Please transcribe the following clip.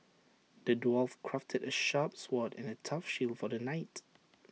the dwarf crafted A sharp sword and A tough shield for the knight